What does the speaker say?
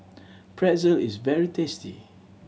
pretzel is very tasty